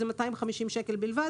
הקנס הוא 250 שקלים בלבד